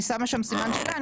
אני שמה שם סימן שאלה.